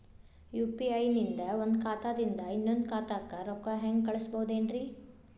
UPI ನಿಂದ ಒಂದ್ ಖಾತಾದಿಂದ ಇನ್ನೊಂದು ಖಾತಾಕ್ಕ ರೊಕ್ಕ ಹೆಂಗ್ ಕಳಸ್ಬೋದೇನ್ರಿ?